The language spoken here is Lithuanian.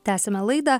tęsiame laidą